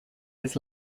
his